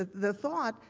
ah the thought,